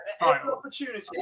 opportunity